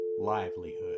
livelihood